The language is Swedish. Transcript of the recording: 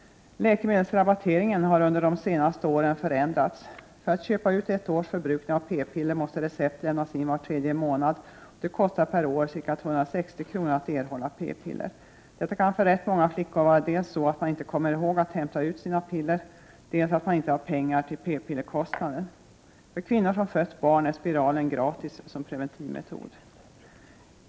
1988/89:18 en har under de senaste åren förändrats. För att man skall kunna köpa ut ett 7 november 1988 års förbrukning av p-piller måste recept lämnas in var tredje månad, och det kostar per år ca 260 kr. att erhålla p-piller. Det kan för rätt många flickor vara dels så att de inte kommer ihåg att hämta ut sina piller, dels så att de inte har pengar som täcker till p-pillerkostnaden. För kvinnor som har fött barn är spiralen som preventivmetod gratis.